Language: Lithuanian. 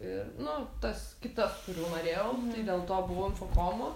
ir nu tas kitas kurių norėjau tai dėl to buvau infokomu